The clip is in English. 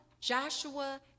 Joshua